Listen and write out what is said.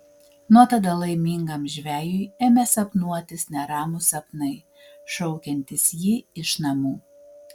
nuo tada laimingam žvejui ėmė sapnuotis neramūs sapnai šaukiantys jį iš namų